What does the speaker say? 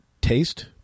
Taste